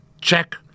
Check